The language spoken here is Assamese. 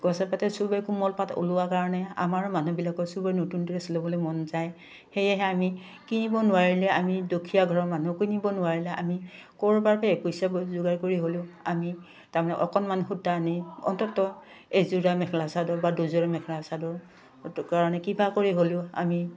গছৰ পাতে চবে কোমল পাত ওলোৱা কাৰণে আমাৰ মানুহবিলাকৰ চবৰে নতুন ড্ৰেছ ল'বলৈ মন যায় সেয়েহে আমি কিনিব নোৱাৰিলে আমি দুখীয়া ঘৰৰ মানুহ কিনিব নোৱাৰিলে আমি ক'ৰবাৰ পৰা এপইচা যোগাৰ কৰি হ'লেও আমি তাৰমানে অকণমান সূতা আনি অন্তত এযোৰা মেখেলা চাদৰ বা দুযোৰা মেখেলা চাদৰ কাৰণে কিবা কৰি হ'লেও আমি